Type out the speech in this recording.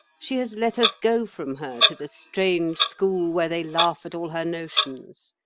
she has let us go from her to the strange school where they laugh at all her notions.